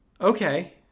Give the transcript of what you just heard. okay